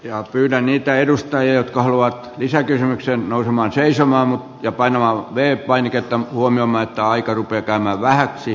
joo kyllä niitä edustajia jotka haluavat näkyäkseen norman seisomaan ja nyt tarkastukset ovat käynnissä